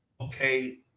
Okay